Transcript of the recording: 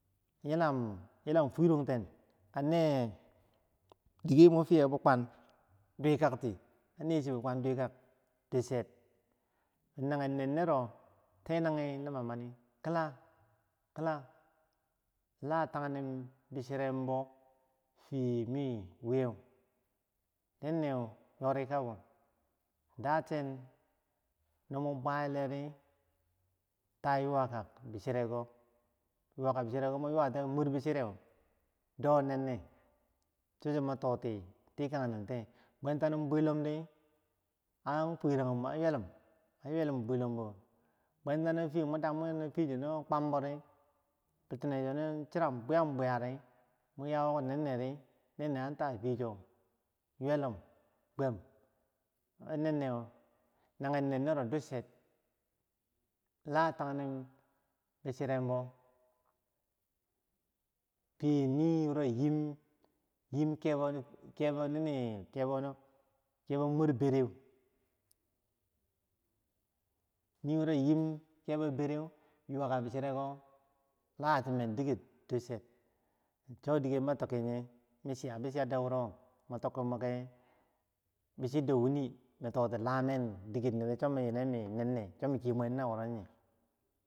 Yilam yilam furank teen, an ne chi bikwan dowekak desakti, nenyen, nen- nero, kila luma mani, la, tani bichirembi fo fiye miwiyeu, nen- neu yori kabau, daten, namwen bwayiledi, ta yuwaka bichi reko, yuwa bichireko, muwa yuwatiyec, do, nen- na, chok cho, matoti, a tikan nentiye, bwentano bwilam dii, an yuwelem bwelombo, bwentano fiyecho, mo, damwiye yorbodi, nenne, an nyuwellum nanyen nen nro ducher, la, tanni bi chilembau, fiye niwor yim kebau mur bereu mworo yim kebau bereu, yuwaka bichirek lachinen diker, cho- dike mi tikinje, bichirdo wini lamen dingere cho- ma ti ki, miki nen ne